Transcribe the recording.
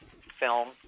film